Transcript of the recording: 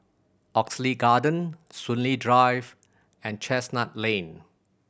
Oxley Garden Soon Lee Drive and Chestnut Lane